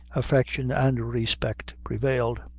affection, and respect prevailed.